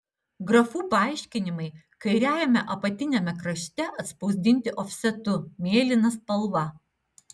grafų paaiškinimai kairiajame apatiniame krašte atspausdinti ofsetu mėlyna spalva